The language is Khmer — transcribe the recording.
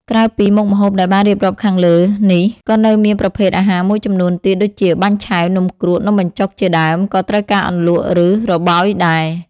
ក្រៅពីមុខម្ហូបដែលបានរៀបរាប់ខាងលើនេះ ក៏នៅមានប្រភេទអាហារមួយចំនួនទៀត ដូចជា បាញ់ឆែវ នំគ្រក់ នំបញ្ជុក ជាដើម ក៏ត្រូវការអន្លក់ ឬរបោយដែរ។